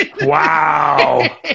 Wow